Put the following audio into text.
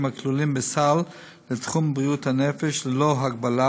הכלולים בסל בתחום בריאות הנפש ללא הגבלה,